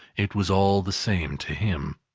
it was all the same to him.